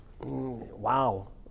Wow